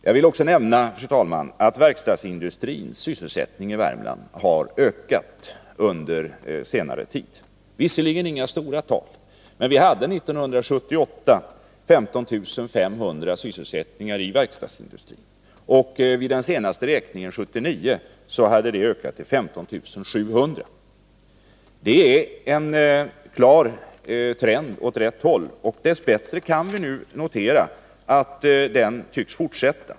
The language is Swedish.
Jag vill också nämna, fru talman, att sysselsättningen inom verkstadsindustrin i Värmland har ökat under senare tid — även om det inte gäller några stora tal. Vi hade år 1978 15 500 sysselsatta inom verkstadsindustrin, och vid den senaste räkningen 1979 hade det antalet ökat till 15 700. Det är en klar trend åt rätt håll. Dess bättre kan vi nu också notera att den tycks fortsätta.